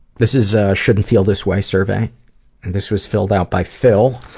this is a shouldn't feel this way survey, and this was filled out by phil,